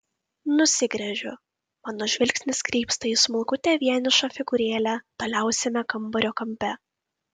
nusigręžiu mano žvilgsnis krypsta į smulkutę vienišą figūrėlę toliausiame kambario kampe